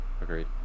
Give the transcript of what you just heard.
Agreed